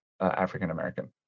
African-American